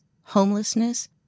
homelessness